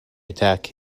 attack